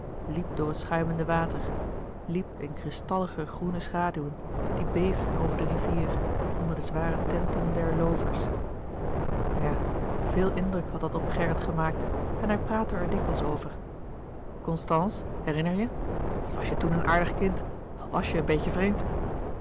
liep door het schuimende water liep in kristallige groene schaduwen die beefden over de rivier onder de zware tenten der loovers ja veel indruk had dat op gerrit gemaakt en hij praatte er dikwijls over constance herinner je wat was je toèn een aardig kind al was je een beetje vreemd